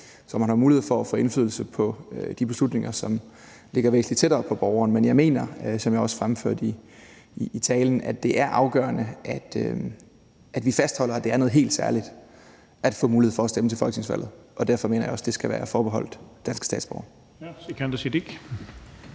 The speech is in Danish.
så man har mulighed for at få indflydelse på de beslutninger, som ligger væsentlig tættere på borgeren. Men jeg mener, som jeg også fremførte i talen, at det er afgørende, at vi fastholder, at det er noget helt særligt at få mulighed for at stemme til folketingsvalg, og derfor mener jeg også, det skal være forbeholdt danske statsborgere.